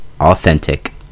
authentic